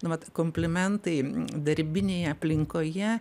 nu vat komplimentai darbinėje aplinkoje